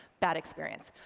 bad experience,